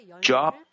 Job